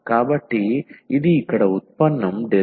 కాబట్టి ఇది ఇక్కడ ఉత్పన్నం dIdx